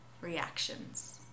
reactions